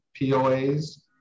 POAs